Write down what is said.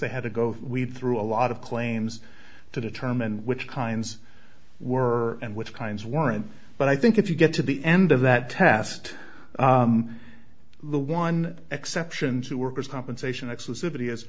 they had to go we through a lot of claims to determine which kinds were and which kinds weren't but i think if you get to the end of that test the one exception to workers compensation exclusivity is